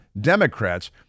Democrats